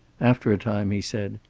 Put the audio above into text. after a time he said